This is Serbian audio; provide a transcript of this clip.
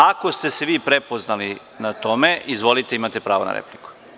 Ako ste se vi prepoznali na tome izvolite, imate pravo na repliku.